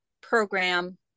program